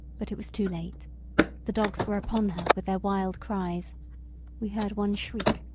but it was too late the dogs were upon her with their wild cries we heard one shriek,